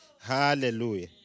Hallelujah